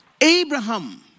Abraham